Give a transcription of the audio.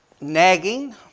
Nagging